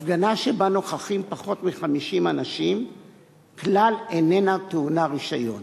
הפגנה שבה נוכחים פחות מ-50 אנשים כלל איננה טעונה רשיון.